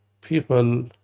people